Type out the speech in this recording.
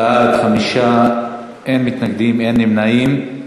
בעד, 5, אין מתנגדים ואין נמנעים.